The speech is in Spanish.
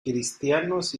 cristianos